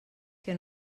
que